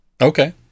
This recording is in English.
Okay